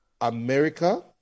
America